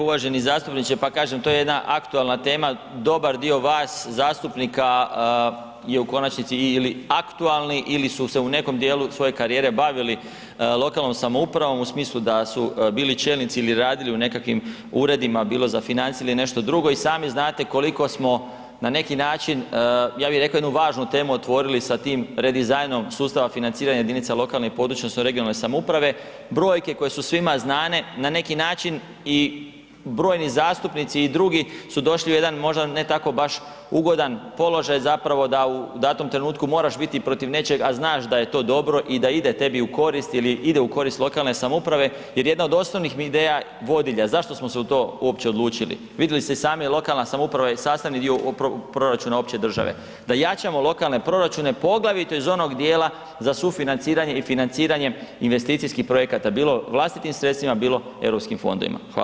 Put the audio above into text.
Uvaženi zastupniče, pa kažem, to je jedna aktualna tema, dobar dio vas zastupnika je u konačnici ili aktualni ili su se u nekom djelu svoje karijere bavili lokalnom samoupravom u smislu da su bili čelnici ili radili u nekakvim uredima bilo za financije ili nešto drugo, i sami znate koliko smo na neki način ja bi rekao, jednu važnu temu otvorili sa tim redizajnom sustava financiranja jedinica lokalne i područne odnosno regionalne samouprave, brojke koje su svima znane na neki način i brojni zastupnici i drugi su došli u jedan možda ne tako baš ugodan položaj zapravo da u datom trenutku moraš biti protiv nečeg a znaš da je to dobro i da ide tebi u korist ili ide u korist lokalne samouprave jer jedna od osnovnih ideja vodilja zašto smo se u to uopće odlučili, vidjeli ste i sami, lokalna samouprava je sastavni dio proračuna opće države, da jačamo lokalne proračune poglavito iz onog djela za sufinanciranje i financiranje investicijskih projekata, bilo vlastitim sredstvima bilo europskim fondovima, hvala.